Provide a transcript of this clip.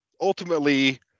ultimately